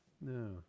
No